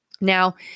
Now